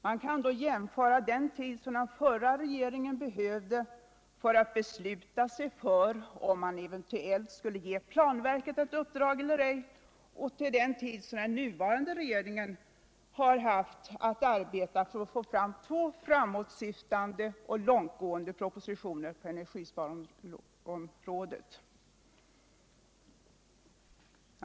Man kan jämföra den tid som den förra regeringen behövde för att besluta sig för om den eventuellt skulle ge planverket ett uppdrag eller ej med den tid som den nuvarande regeringen har haft på sig för arbetet med att skapa två framåtsyftande, långtgående propositioner på energisparområdet.